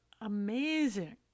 amazing